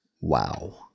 wow